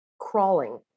crawling